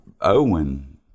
Owen